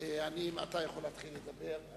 אתה יכול להתחיל לדבר,